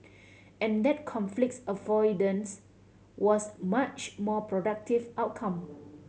and that conflicts avoidance was much more productive outcome